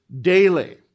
daily